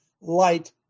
light